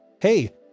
hey